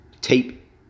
tape